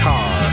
Car